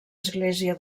església